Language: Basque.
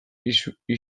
izutzen